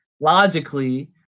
logically